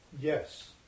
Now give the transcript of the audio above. Yes